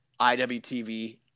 IWTV